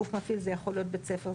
גוף מפעיל זה יכול להיות בית ספר,